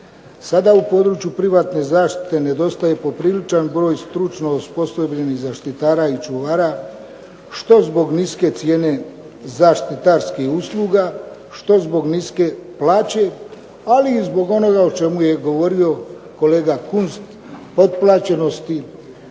Sada u području privatne zaštite nedostaje popriličan broj stručno osposobljenih zaštitar i čuvara što zbog niske cijene zaštitarskih usluga, što zbog niske plaće, ali i zbog onoga o čemu je govorio kolega Kunst, potplaćenosti